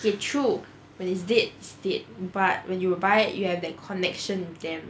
it's true when it's dead it's dead but when you buy you have that connection with them